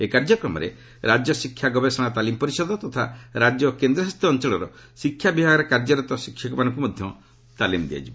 ଏହି କାର୍ଯ୍ୟକ୍ରମରେ ରାଜ୍ୟ ଶିକ୍ଷା ଗବେଷଣା ତାଲିମ୍ ପରିଷଦ ତଥା ରାଜ୍ୟ ଓ କେନ୍ଦ୍ରଶାସିତ ଅଞ୍ଚଳର ଶିକ୍ଷା ବିଭାଗରେ କାର୍ଯ୍ୟରତ ଶିକ୍ଷକମାନଙ୍କୁ ମଧ୍ୟ ତାଲିମ୍ ଦିଆଯିବ